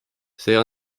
see